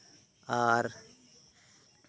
ᱟᱨ